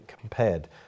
compared